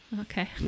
Okay